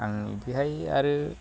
आङो बेहाय आरो